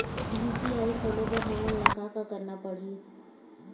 UPI खोले बर हमन ला का का करना पड़ही?